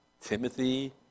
Timothy